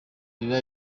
biba